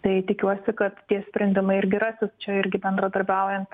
tai tikiuosi kad tie sprendimai irgi rasis čia irgi bendradarbiaujant